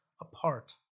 apart